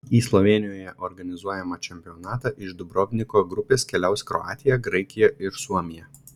į slovėnijoje organizuojamą čempionatą iš dubrovniko grupės keliaus kroatija graikija ir suomija